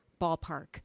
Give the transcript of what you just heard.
ballpark